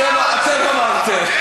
אתם אמרתם.